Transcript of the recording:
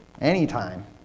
anytime